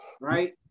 Right